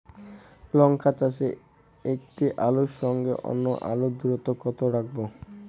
লঙ্কা চাষে একটি আলুর সঙ্গে অন্য আলুর দূরত্ব কত রাখবো?